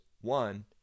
one